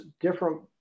different